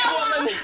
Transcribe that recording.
woman